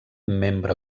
membre